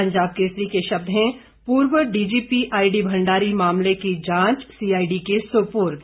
पंजाब केसरी के शब्द हैं पूर्व डीजीपी आईडी भंडारी मामले की जांच सीआईडी के सुपुर्द